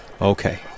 Okay